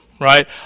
right